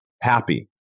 happy